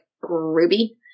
Ruby